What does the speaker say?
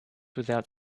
without